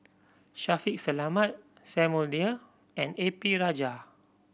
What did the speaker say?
Shaffiq Selamat Samuel Dyer and A P Rajah